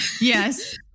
Yes